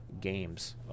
games